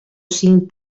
cinc